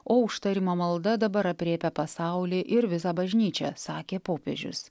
o užtarimo malda dabar aprėpia pasaulį ir visą bažnyčią sakė popiežius